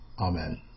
Amen